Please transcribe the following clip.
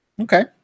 Okay